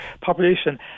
population